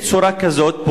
בצורה כזאת,